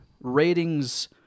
ratings